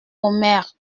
omer